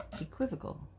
equivocal